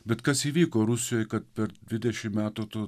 bet kas įvyko rusijoje kad per dvidešimt metų tu